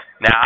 Now